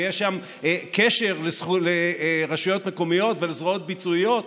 ויש שם קשר לרשויות מקומיות ולזרועות ביצועיות.